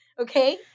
Okay